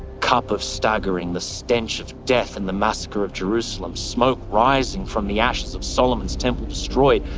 cup of staggering, the stench of death and the massacre of jerusalem. smoke rising from the ashes of solomon's temple destroyed.